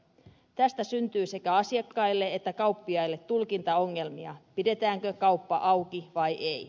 tästä syntyy sekä asiakkaille että kauppiaille tulkintaongelmia pidetäänkö kauppa auki vai ei